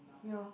ya